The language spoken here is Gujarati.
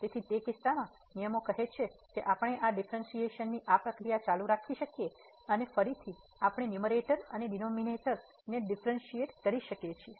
તેથી તે કિસ્સામાં નિયમો કહે છે કે આપણે આ ડીફરેન્સીએશન ની આ પ્રક્રિયા ચાલુ રાખી શકીએ છીએ અને ફરીથી આપણે ન્યૂમરેટર અને ડીનોમિનેટર ને ડિફ્રેન્સીએટ કરી શકીએ છીએ